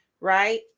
right